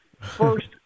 First